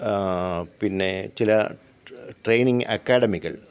പിന്നെ ചില ട്രെയിനിങ് അക്കാഡമികള്